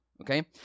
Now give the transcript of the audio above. Okay